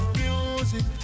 music